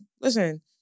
listen